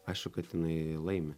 aišu kad jinai laimi